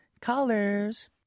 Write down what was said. Colors